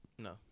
No